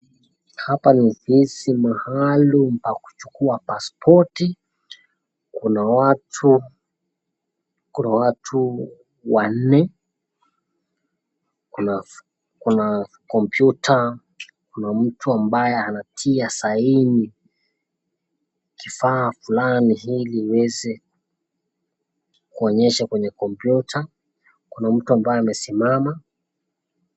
Hapa ni ofisi maalum pa kuchukua pasipoti, kuna watu wanne, kuna kompyuta, kuna ambaye anatia sahihi kifaa fulani ili iweze kuonyesha kwenye kompyuta, kuna mtu ambaye amesimama.